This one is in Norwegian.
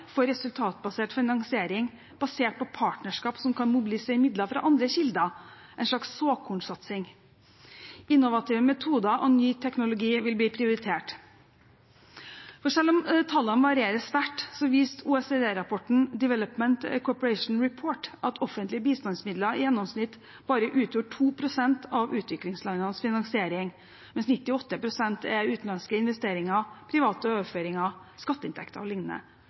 for resultatbasert finansiering basert på partnerskap som kan mobilisere midler fra andre kilder, en slags såkornsatsing. Innovative metoder og ny teknologi vil bli prioritert. For selv om tallene varierer sterkt, viste OECD-rapporten Development Co-operation Report at offentlige bistandsmidler i gjennomsnitt bare utgjør 2 pst. av utviklingslandenes finansiering, mens 98 pst. er utenlandske investeringer, private overføringer, skatteinntekter